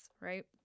right